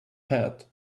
pad